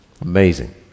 Amazing